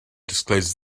discloses